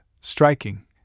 striking